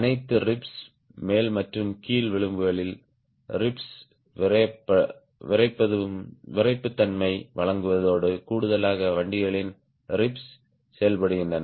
அனைத்து ரிப்ஸ் மேல் மற்றும் கீழ் விளிம்புகள் ரிப்ஸ் விறைப்புத்தன்மையை வழங்குவதோடு கூடுதலாக வண்டிகளின் ரிப்ஸ் செயல்படுகின்றன